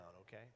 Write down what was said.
okay